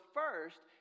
first